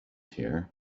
here